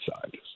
side